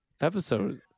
episode